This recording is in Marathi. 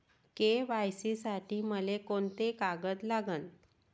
के.वाय.सी साठी मले कोंते कागद लागन?